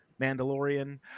mandalorian